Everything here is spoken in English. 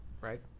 right